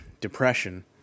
depression